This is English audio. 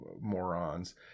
morons